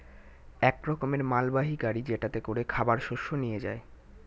এক রকমের মালবাহী গাড়ি যেটাতে করে খাবার শস্য নিয়ে যায়